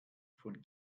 von